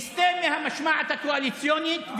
יסטה מהמשמעת הקואליציונית,